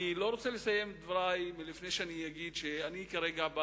אני לא רוצה לסיים את דברי לפני שאגיד שאני כרגע בא